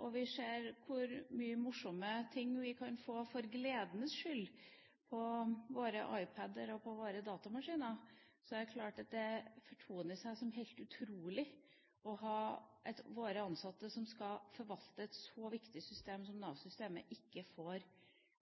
og vi ser hvor mange morsomme ting vi kan få for gledens skyld på våre iPad-er og på våre datamaskiner – er det klart at det fortoner seg som helt utrolig at de ansatte som skal forvalte et så viktig system som Nav-systemet, ikke får